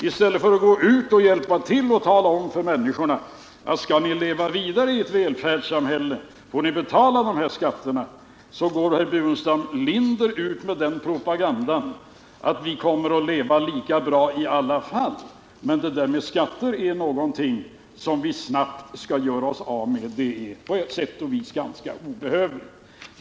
Istället för att hjälpa till att tala om för människorna att skall de leva vidare i ett välfärdssamhälle så måste de betala de här skatterna, går herr Burenstam Linder ut med den propagandan att vi kommer att leva lika bra i alla fall, även om vi snabbt gör oss av med en väsentlig del av skattebördan.